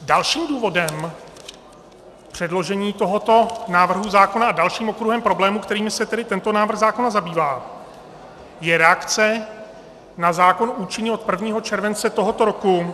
Dalším důvodem předložení tohoto návrhu zákona a dalším okruhem problémů, kterými se tento návrh zákona zabývá, je reakce na zákon účinný od 1. července tohoto roku...